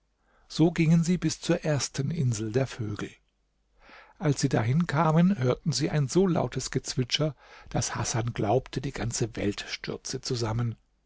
so gingen sie bis zur ersten insel der vögel als sie dahin kamen hörten sie ein so lautes gezwitscher daß hasan glaubte die ganze welt stürze zusammen